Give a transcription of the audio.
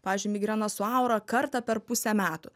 pavyzdžiui migrena su aura kartą per pusę metų